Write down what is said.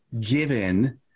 given